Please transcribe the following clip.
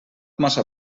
massa